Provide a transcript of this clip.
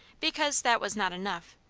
because that was not enough,